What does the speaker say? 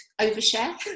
overshare